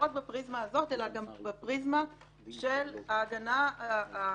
לא רק בפריזמה הזאת אלא גם בפריזמה של ההגנה הדיונית,